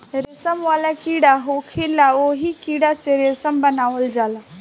रेशम वाला कीड़ा होखेला ओही कीड़ा से रेशम बनावल जाला